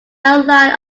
outline